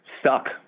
stuck